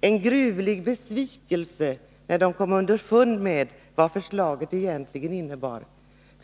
det en gruvlig besvikelse, när de kom underfund med vad förslaget egentligen innebar.